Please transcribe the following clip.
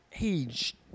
age